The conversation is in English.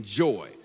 joy